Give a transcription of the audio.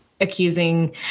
accusing